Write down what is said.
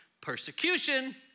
persecution